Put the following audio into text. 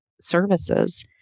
services